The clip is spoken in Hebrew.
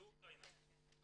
ואוקראינה.